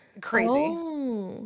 Crazy